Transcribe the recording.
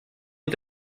est